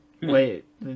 Wait